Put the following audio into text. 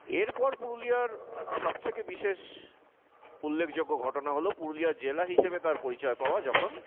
এরপর পুরুলিয়ার সব থেকে বিশেষ উল্লেখযোগ্য ঘটনা হল পুরুলিয়া জেলা হিসেবে তার পরিচয় পাওয়া যখন